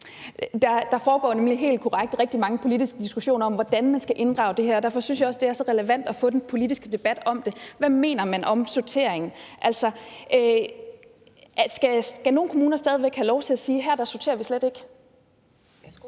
Der foregår nemlig, det er helt korrekt, rigtig mange politiske diskussioner om, hvordan man skal inddrage det her, og derfor synes jeg også, det er så relevant at få den politiske debat om det. Hvad mener man om sortering? Altså, skal nogle kommuner stadig væk have lov til at sige: Her sorterer vi slet ikke?